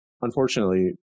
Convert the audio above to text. unfortunately